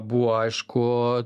buvo aišku